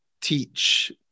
teach